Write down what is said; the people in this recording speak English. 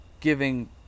giving